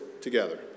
together